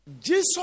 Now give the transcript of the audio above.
Jesus